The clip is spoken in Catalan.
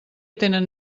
tenen